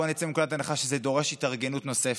בואו נצא מנקודת הנחה שזה דורש התארגנות נוספת.